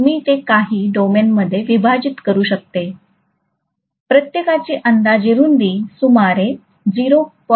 मी ते काही डोमेनमध्ये विभाजित करू शकतो प्रत्येकाची अंदाजे रुंदी सुमारे 0